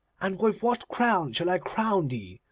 and with what crown shall i crown thee,